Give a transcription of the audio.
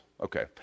Okay